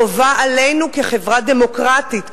חובה עלינו, כחברה דמוקרטית ומתוקנת,